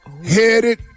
Headed